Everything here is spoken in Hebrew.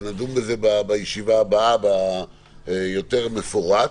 נדון בו בישיבה הבאה ביותר פירוט.